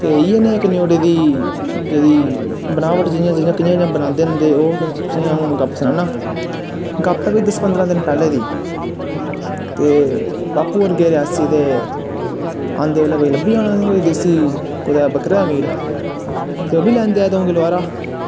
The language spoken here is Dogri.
ते इयां नेह् इक न्योड़े दी टैकनीक कियां कियां बनांदे न ते ओह् अऊं तुसेंगी गप्प सनाना गप्प बी दस पंदरां दिन पैह्लें दी ऐ ते बापू होर गे रियासी ते आंदे लै लब्भी गेई होनी देस्सी कुदै देस्सी कुदैा बकरे दा मीट ओह् बी लैंदे आए